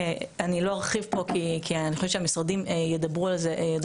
אני לא ארחיב פה כי אני חושבת שהמשרדים ידברו על זה עוד מעט.